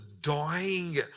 dying